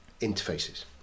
interfaces